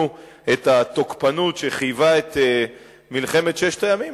את התוקפנות שחייבה את מלחמת ששת הימים,